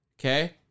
Okay